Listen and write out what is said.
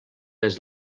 des